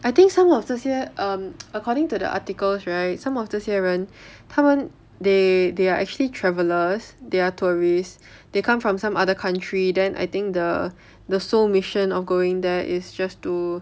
I think some of 这些 um according to the articles right some of 这些人他们 they they are actually travellers they are tourists they come from some other country then I think the the sole mission of going there is just to